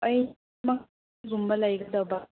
ꯑꯩ ꯒꯨꯝꯕ ꯂꯩꯒꯗꯕ